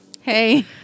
Hey